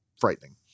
frightening